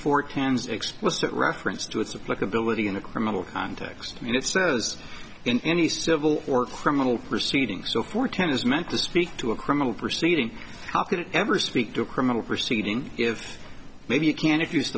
four cans explicit reference to it's of flexibility in the criminal context and it says in any civil or criminal proceeding so for ten is meant to speak to a criminal proceeding how could it ever speak to a criminal proceeding if maybe you can diffuse